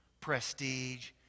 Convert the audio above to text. prestige